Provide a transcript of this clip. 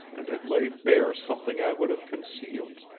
and had laid bare something i would have concealed.